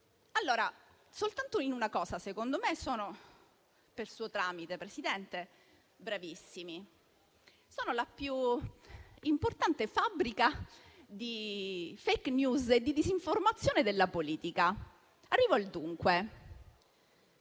voi. Soltanto in una cosa secondo me, per suo tramite, Presidente, sono bravissimi: sono la più importante fabbrica di *fake news* e di disinformazione della politica. Arrivo al dunque: